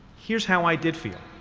here's how i did feel.